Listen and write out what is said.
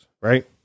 Right